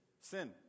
sin